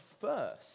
first